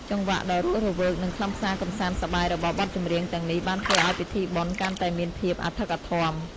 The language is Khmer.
ចង្វាក់ដ៏រស់រវើក និងខ្លឹមសារកម្សាន្តសប្បាយរបស់បទចម្រៀងទាំងនេះបានធ្វើឱ្យពិធីបុណ្យកាន់តែមានភាពអធិកអធម។